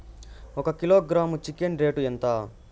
ఒక kilogram chicken rate ఎంత?